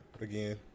again